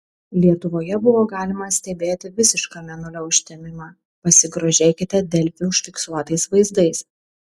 lietuvoje buvo galima stebėti visišką mėnulio užtemimą pasigrožėkite delfi užfiksuotais vaizdais